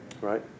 Right